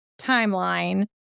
timeline